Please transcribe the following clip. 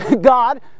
God